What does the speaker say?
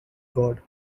god